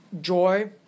joy